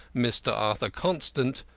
mr. arthur constant,